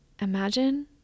imagine